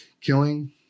killing